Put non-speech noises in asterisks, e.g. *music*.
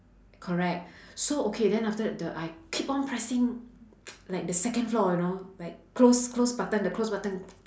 correct so okay then after that the I keep on pressing *noise* like the second floor you know like close close button the close button